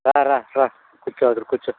రా రా కూర్చో అక్కడ కూర్చో